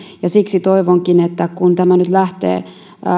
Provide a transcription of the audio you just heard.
ja siksi toivonkin että kun tämä nyt lähtee